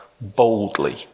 boldly